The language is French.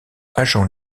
agent